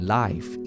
life